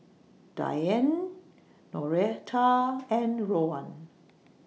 Dionne Noreta and Rowan